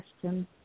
question